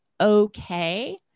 okay